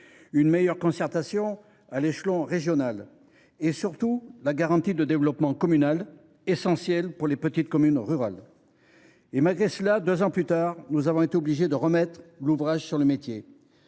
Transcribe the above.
une meilleure concertation à l’échelon régional et, surtout, la garantie de développement communal, essentielle pour les petites communes rurales. Malgré cela, deux ans plus tard, nous avons été obligés de remettre l’ouvrage sur le métier.